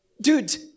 dude